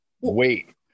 wait